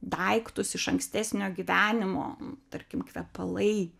daiktus iš ankstesnio gyvenimo tarkim kvepalai